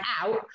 out